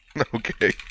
Okay